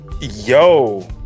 Yo